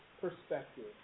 perspective